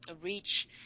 reach